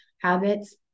habits